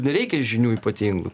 nereikia žinių ypatingų